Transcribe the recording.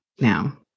now